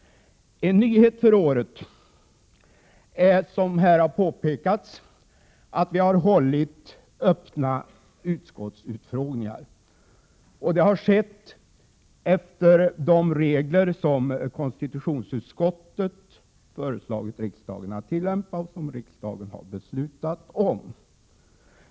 En nyhet för året är, som här har påpekats, att vi har hållit öppna utskottsutfrågningar. Det har skett efter de regler som konstitutionsutskottet har föreslagit riksdagen att tillämpa och som riksdagen har beslutat om.